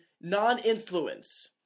non-influence